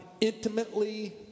intimately